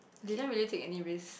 didn't really take any risk